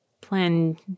plan